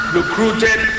recruited